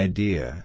Idea